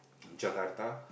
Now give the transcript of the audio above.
Jakarta